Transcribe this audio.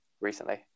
recently